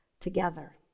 together